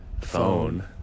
phone